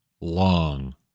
long